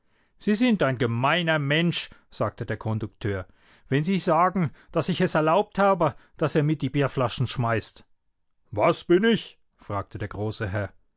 sie sind ein gemeiner mensch sagte der kondukteur wenn sie sagen daß ich es erlaubt habe daß er mit die bierflaschen schmeißt was bin ich fragte der große herr